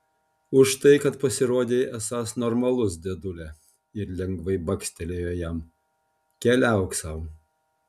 už tai kad pasirodei esąs normalus dėdulė ir lengvai bakstelėjo jam keliauk sau